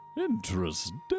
Interesting